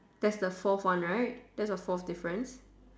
that's the fourth one right that's the fourth difference